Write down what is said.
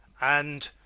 and,